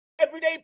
everyday